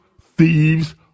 thieves